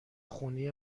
خونی